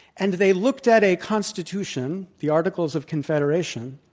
and they looked at a constitution, the articles of confederation,